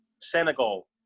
Senegal